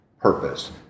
purpose